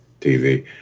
TV